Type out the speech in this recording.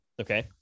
Okay